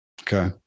Okay